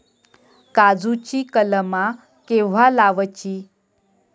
काजुची कलमा केव्हा लावची?